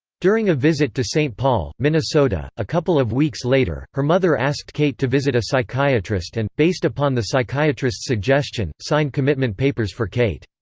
during a visit to st. paul, minnesota, a couple of weeks later, her mother asked kate to visit a psychiatrist and, based upon the psychiatrist's suggestion, signed commitment papers for kate.